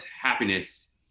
happiness